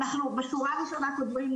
אנחנו בשורה הראשונה כותבים,